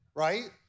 Right